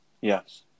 Yes